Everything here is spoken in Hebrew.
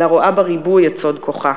אלא רואה בריבוי את סוד כוחה.